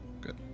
Good